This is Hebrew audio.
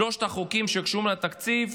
שלושת החוקים שקשורים לתקציב.